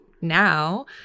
now